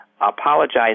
apologize